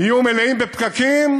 יהיו מלאים בפקקים,